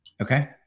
Okay